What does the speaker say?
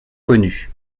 connu